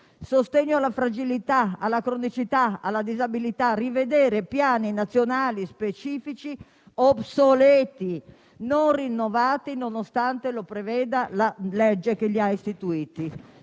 sostenere la fragilità, la cronicità, la disabilità; rivedere piani nazionali specifici obsoleti, non rinnovati nonostante lo preveda la legge che li ha istituiti;